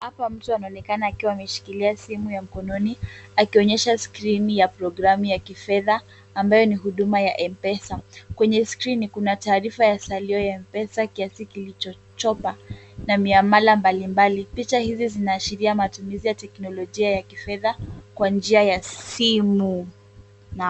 Hapa mtu anaonekana akiwa ameshikilia simu ya mkononi akionyesha skrini ya programu ya kifaa ambayo ni huduma ya M-Pesa. Kwenye skrini kuna taarifa ya salio ya M-Pesa kiasi kilichochopa na miamala mbalimbali. Picha hizi zinaashiria matumizi ya teknolojia ya kifedha kwa njia ya simu.